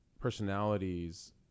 personalities